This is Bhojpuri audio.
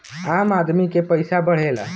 आम आदमी के पइसा बढ़ेला